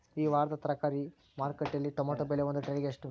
ಈ ವಾರದ ತರಕಾರಿ ಮಾರುಕಟ್ಟೆಯಲ್ಲಿ ಟೊಮೆಟೊ ಬೆಲೆ ಒಂದು ಟ್ರೈ ಗೆ ಎಷ್ಟು?